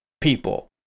people